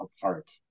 apart